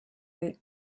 route